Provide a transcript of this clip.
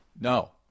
No